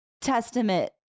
testament